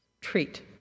treat